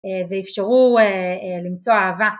ואפשרו למצוא אהבה